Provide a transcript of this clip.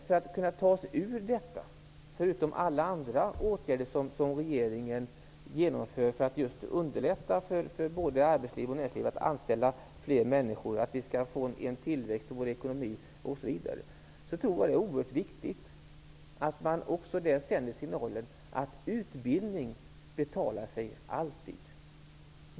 Förutom alla andra åtgärder som regeringen vidtar för att underlätta för arbetsliv och näringsliv att anställa fler människor och för att skapa en tillväxt i vår ekonomi, tror jag att det är viktigt att man sänder signalen att utbildning alltid betalar sig.